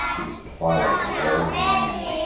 it was twilight in all the land.